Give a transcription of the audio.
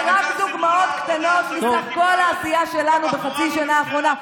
ואלה רק דוגמאות קטנות מסך כול העשייה שלנו בחצי השנה האחרונה.